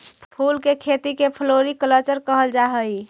फूल के खेती के फ्लोरीकल्चर कहल जा हई